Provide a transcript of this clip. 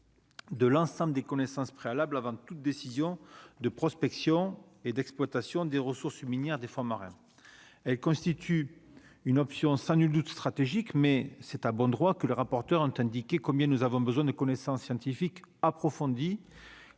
De l'ensemble des connaissances préalables avant toute décision de prospection et d'exploitation des ressources minières des fonds marins, elle constitue une option sans nul doute stratégiques mais c'est à bon droit que le rapporteur, ont indiqué combien nous avons besoin de connaissances scientifiques approfondies